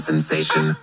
sensation